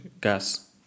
gas